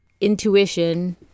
Intuition